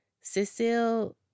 Cecile